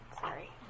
sorry